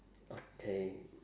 okay